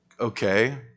Okay